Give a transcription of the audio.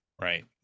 right